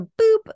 boop